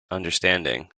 understanding